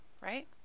right